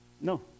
No